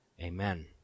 Amen